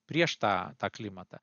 prieš tą klimatą